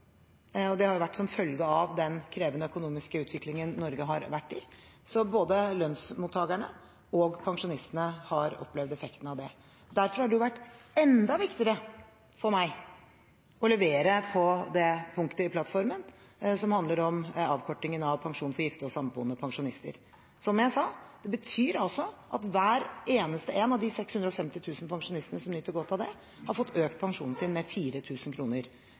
Det har vært en følge av den krevende økonomiske utviklingen Norge har vært i. Både lønnsmottakerne og pensjonistene har opplevd effekten av det. Derfor har det vært enda viktigere for meg å levere på det punktet i plattformen som handler om avkortingen i pensjon for gifte og samboende pensjonister. Som jeg sa – det betyr at hver eneste en av de 650 000 pensjonistene som nyter godt av det, har fått økt pensjonen sin med